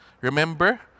Remember